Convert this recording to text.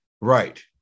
Right